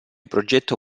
progetto